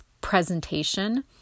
presentation